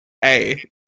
Hey